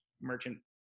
merchant